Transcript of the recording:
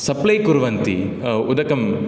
supply कुर्वन्ति उदकं